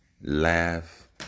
laugh